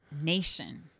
nation